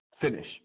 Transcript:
finish